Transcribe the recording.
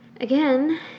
again